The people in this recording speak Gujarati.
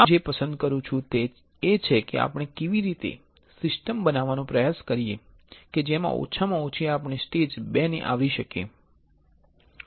હું જે પસંદ કરું છું તે એ છે કે આપણે કેવી રીતે એવી સિસ્ટમ બનાવવાનો પ્રયાસ કરીએ કે જેમાં ઓછામાં ઓછી આપણે સ્ટેજ II ને આવરી શકીએ